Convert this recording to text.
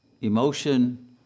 emotion